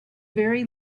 very